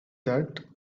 that